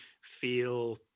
feel